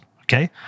okay